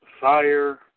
fire